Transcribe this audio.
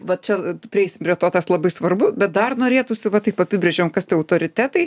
va čia prieisim prie to tas labai svarbu bet dar norėtųsi va taip apibrėžėm kas tie autoritetai